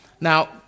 Now